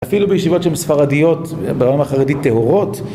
אפילו בישיבות שהן ספרדיות, ברמה חרדית טהורות